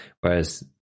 Whereas